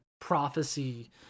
prophecy